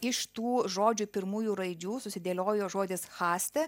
iš tų žodžių pirmųjų raidžių susidėliojo žodis haste